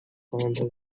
cylinder